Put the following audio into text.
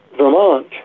Vermont